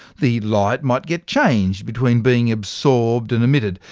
the light might get changed between being absorbed and emitted,